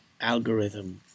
algorithm